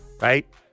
right